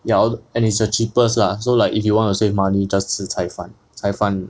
ya and is the cheapest lah so like if you want to save money just 吃菜饭菜饭